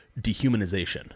dehumanization